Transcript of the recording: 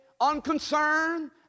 unconcerned